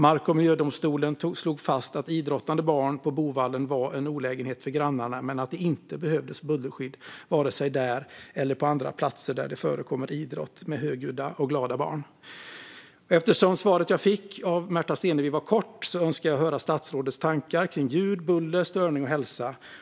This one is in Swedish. Mark och miljööverdomstolen slog fast att idrottande barn på Boovallen var en olägenhet för grannarna men att det inte behövdes bullerskydd vare sig där eller på andra platser där det förekommer idrott med högljudda och glada barn. Eftersom svaret jag fick av statsrådet Märta Stenevi var kort önskar jag nu höra statsrådets tankar kring ljud, buller, störning och hälsa.